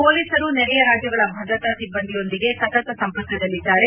ಪೊಲೀಸರು ನೆರೆಯ ರಾಜ್ಯಗಳ ಭದ್ರತಾ ಸಿಬ್ಬಂದಿಯೊಂದಿಗೆ ಸತತ ಸಂಪರ್ಕದಲ್ಲಿದ್ದಾರೆ